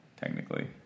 technically